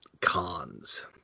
cons